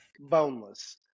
boneless